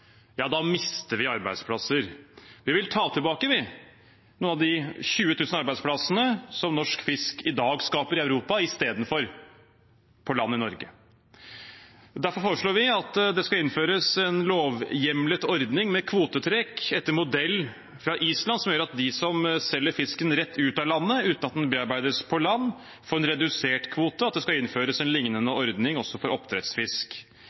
mister vi arbeidsplasser. Vi vil ta tilbake noen av de 20 000 arbeidsplassene som norsk fisk i dag skaper i Europa istedenfor på land i Norge. Derfor foreslår vi at det skal innføres en lovhjemlet ordning med kvotetrekk etter modell fra Island, som gjør at de som selger fisken rett ut av landet uten at den bearbeides på land, får en redusert kvote, og at det skal innføres en liknende ordning for oppdrettsfisk.